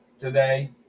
today